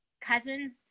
cousins